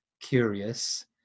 curious